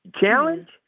Challenge